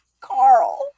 Carl